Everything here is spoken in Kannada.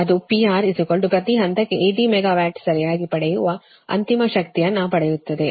ಅದು PR ಪ್ರತಿ ಹಂತಕ್ಕೆ 80 ಮೆಗಾವ್ಯಾಟ್ ಸರಿಯಾಗಿ ಪಡೆಯುವ ಅಂತಿಮ ಶಕ್ತಿಯನ್ನು ಪಡೆಯುತ್ತದೆ